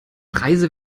preise